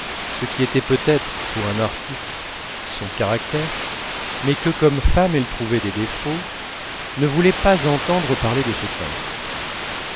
ce qui était peut-être pour un artiste son caractère mais que comme femme elle trouvait des défauts ne voulait pas entendre parler de ce peintre